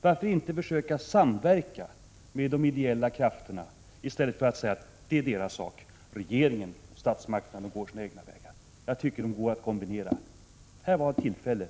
Varför inte försöka samverka med de ideella krafterna? I stället säger Lennart Bodström: Insamlingar är deras sak — statsmakterna går sina egna vägar. Jag tycker att det går att kombinera. Här var ett tillfälle.